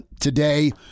today